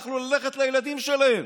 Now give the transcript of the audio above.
לא יכלו ללכת לילדים שלהם,